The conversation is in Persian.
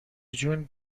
جون